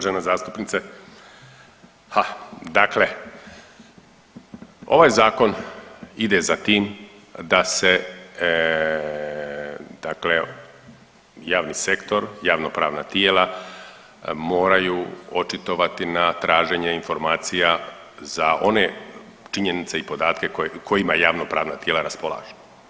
Uvažena zastupnice, ha dakle ovaj zakon ide za tim da se dakle javni sektor, javnopravna tijela moraju očitovati na traženje informacija za one činjenice i podatke kojima javnopravna tijela raspolažu.